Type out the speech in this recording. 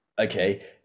okay